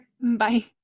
Bye